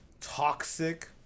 toxic